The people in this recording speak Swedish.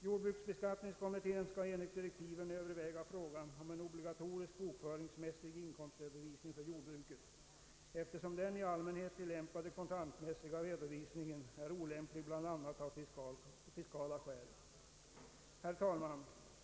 Jordbruksbeskattningskommittén skall enligt direktiven överväga frågan om en obligatorisk bokföringsmässig inkomstredovisning för jordbruket, eftersom den i allmänhet tillämpade kontantmässiga redovisningen är olämplig bl.a. av fiskala skäl. Herr talman!